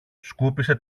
σκούπισε